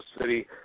City